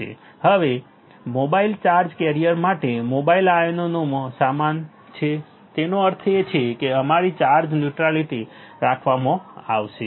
હવે mobile charge carrier માટે mobile આયનોમાં સમાન છે તેનો અર્થ એ કે અમારી ચાર્જ ન્યુટ્રાલિટી રાખવામાં આવશે